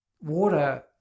Water